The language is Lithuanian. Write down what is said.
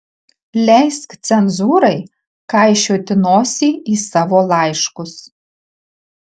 leisk cenzūrai kaišioti nosį į savo laiškus